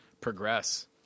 progress